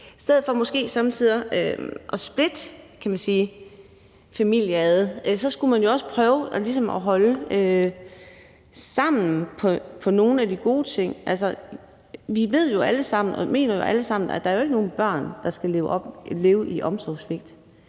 I stedet for måske somme tider at splitte familier ad skulle man prøve at holde sammen på nogle af de gode ting. Vi ved jo alle sammen og mener alle sammen, at der ikke er nogen børn, der skal leve i omsorgssvigt.